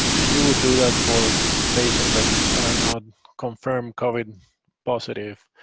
and you would do that for patients that and are not confirmed covid positive,